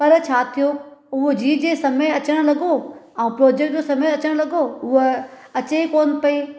पर छा थियो उहो जीअं जीअं समय अचनि लॻो ऐं प्रोजेक्ट जो समय अचनि लॻो हूअ अचे ई कोन्ह पई